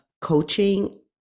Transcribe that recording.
coaching